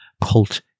cult